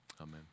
Amen